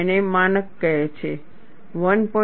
અને માનક કહે છે કે 1